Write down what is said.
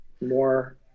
more